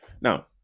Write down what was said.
Now